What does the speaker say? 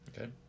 okay